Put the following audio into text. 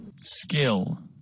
Skill